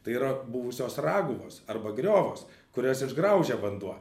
tai yra buvusios raguvos arba griovos kurias išgraužė vanduo